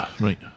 Right